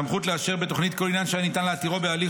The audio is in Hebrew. סמכות לאשר בתוכנית כל עניין שהיה ניתן להתירו בהליך